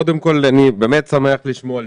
קודם כול, אני באמת שמח לשמוע על